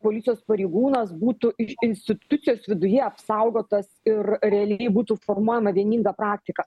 policijos pareigūnas būtų institucijos viduje apsaugotas ir realiai būtų formuojama vieninga praktika